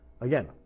Again